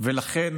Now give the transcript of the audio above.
ולכן